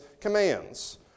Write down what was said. commands